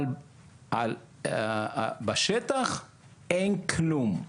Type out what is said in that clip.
אבל בשטח אין כלום.